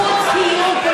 נמאס מהשטויות שלה,